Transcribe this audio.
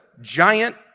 giant